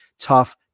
tough